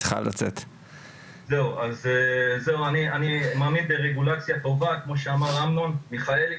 אני מאמין ברגולציה טובה, כמו שאמר אמנון מיכאלי.